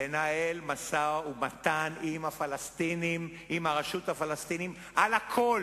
לנהל משא-ומתן עם הרשות הפלסטינית על הכול,